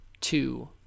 two